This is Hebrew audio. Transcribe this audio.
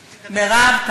מירב,